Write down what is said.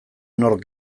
nork